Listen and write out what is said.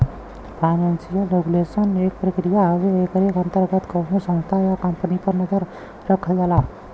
financial regulation एक प्रक्रिया हउवे एकरे अंतर्गत कउनो संस्था या कम्पनी पर नजर रखल जाला